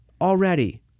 Already